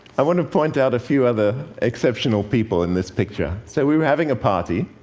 i want to point out a few other exceptional people in this picture. so, we were having a party,